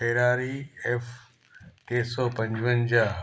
Ferrari टे सौ पंझवनझा